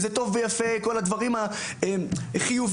וטוב ויפה הדברים החיוביים,